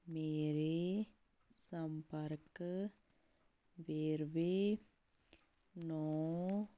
ਮੇਰੇ ਸੰਪਰਕ ਵੇਰਵੇ ਨੌਂ